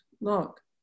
look